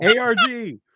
ARG